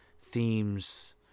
themes